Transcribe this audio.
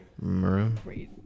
Maroon